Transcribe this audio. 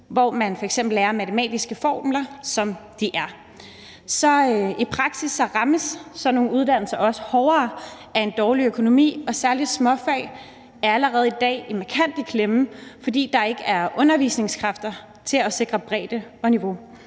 hvor man f.eks. lærer matematiske formler, som de er. I praksis rammes sådan nogle uddannelser også hårdere af en dårlig økonomi, og særlig småfag er allerede i dag markant i klemme, fordi der ikke er undervisningskræfter til at sikre bredde og niveau.